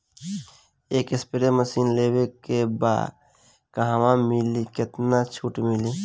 एक spray machine लेवे के बा कहवा मिली केतना छूट मिली?